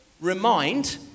remind